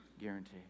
Guarantee